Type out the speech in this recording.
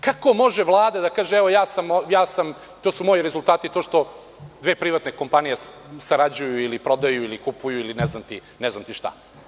Kako može Vlada da kaže, to su moji rezultati, to što dve privatne kompanije sarađuju ili prodaju ili kupuju, ili ne znam ti šta?